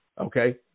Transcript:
okay